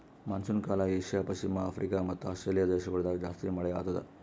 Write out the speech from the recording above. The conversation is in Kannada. ಮಾನ್ಸೂನ್ ಕಾಲ ಏಷ್ಯಾ, ಪಶ್ಚಿಮ ಆಫ್ರಿಕಾ ಮತ್ತ ಆಸ್ಟ್ರೇಲಿಯಾ ದೇಶಗೊಳ್ದಾಗ್ ಜಾಸ್ತಿ ಮಳೆ ಆತ್ತುದ್